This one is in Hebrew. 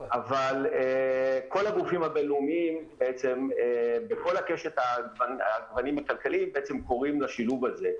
כל הגופים הבינלאומיים בכל קשת הגוונים הכלכלית קוראים לשילוב הזה.